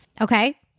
Okay